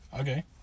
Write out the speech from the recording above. Okay